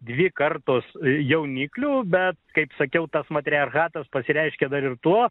dvi kartos jauniklių bet kaip sakiau tas matriarchatas pasireiškia dar ir tuo